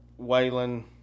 Waylon